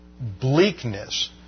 bleakness